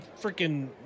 freaking